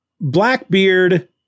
Blackbeard